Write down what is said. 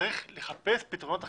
צריך לחפש פתרונות אחרים,